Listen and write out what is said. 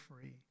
free